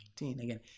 again